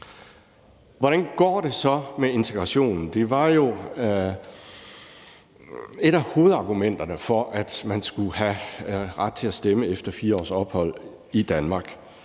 Hvordan går det så med integrationen? Det var jo et af hovedargumenterne for, at man skulle have ret til at stemme efter 4 års ophold i Danmark.